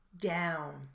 down